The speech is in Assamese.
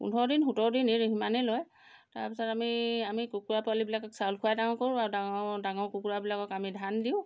পোন্ধৰদিন সোতৰদিন এই সিমানেই লয় তাৰপিছত আমি আমি কুকুৰা পোৱালিবিলাক চাউল খুৱাই ডাঙৰ কৰোঁ আৰু ডাঙৰ ডাঙৰ কুকুৰাবিলাকক আমি ধান দিওঁ